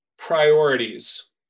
priorities